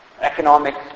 economic